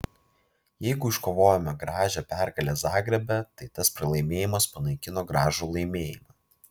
jeigu iškovojome gražią pergalę zagrebe tai tas pralaimėjimas panaikino gražų laimėjimą